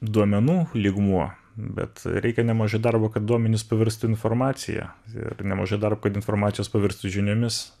duomenų lygmuo bet reikia nemažai darbo kad duomenys pavirstų informacija ir nemažai darbo kad informacijos pavirstų žiniomis